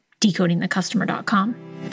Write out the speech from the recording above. decodingthecustomer.com